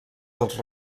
dels